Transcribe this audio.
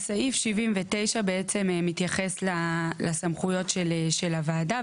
אז סעיף 79 בעצם מתייחס לסמכויות של הוועדה,